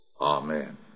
Amen